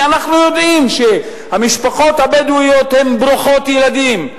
אנחנו יודעים שהמשפחות הבדואיות ברוכות ילדים,